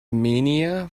mania